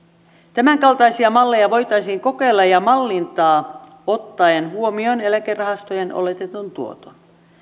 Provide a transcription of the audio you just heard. tämänkaltaisia malleja voitaisiin kokeilla ja mallintaa ottaen huomioon eläkerahastojen oletettu tuotto